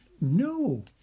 No